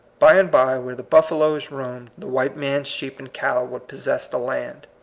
by and by, where the buffaloes roamed, the white man's sheep and cattle would possess the land.